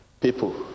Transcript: people